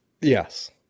yes